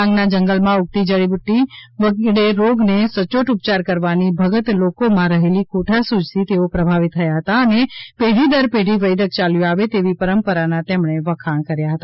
ડાંગના જંગલમાં ઊગતી જડીબુદ્દી વડે રોગનો સચોટ ઉપચાર કરવાની ભગત લોકોમાં રહેલી કોઠાસૂઝથી તેઓ પ્રભાવિત થયા હતા અને પેઢી દર પેઢી વૈદક ચાલ્યું આવે તેવી પરંપરાના તેમણે વખાણ કર્યા હતા